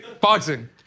Boxing